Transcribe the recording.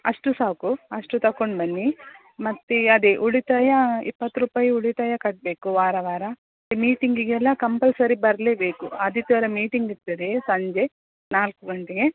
ಅಷ್ಟು ಸಾಕು ಅಷ್ಟು ತಕೊಂಡು ಬನ್ನಿ ಮತ್ತೆ ಅದೆ ಉಳಿತಾಯ ಇಪ್ಪತ್ತು ರೂಪಾಯಿ ಉಳಿತಾಯ ಕಟ್ಟಬೇಕು ವಾರ ವಾರ ಮೀಟಿಂಗಿಗೆಲ್ಲ ಕಂಪಲ್ಸರಿ ಬರಲೇಬೇಕು ಆದಿತ್ಯವಾರ ಮೀಟಿಂಗ್ ಇರ್ತದೆ ಸಂಜೆ ನಾಲ್ಕು ಗಂಟೆಗೆ